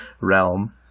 realm